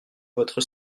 votre